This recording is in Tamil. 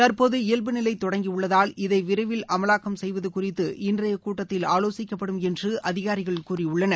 தற்போது இயல்பு நிலை தொடங்கியுள்ளதால் இதை விரைவில் அமலாக்கம் செய்வது குறித்து இன்றைய கூட்டத்தில் ஆலோசிக்கப்படும் என்று அதிகாரிகள் கூறியுள்ளனர்